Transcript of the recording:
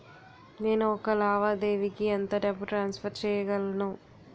నేను ఒక లావాదేవీకి ఎంత డబ్బు ట్రాన్సఫర్ చేయగలను?